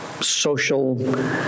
social